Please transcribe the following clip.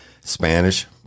Spanish